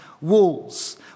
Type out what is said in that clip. walls